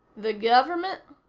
the government?